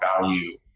value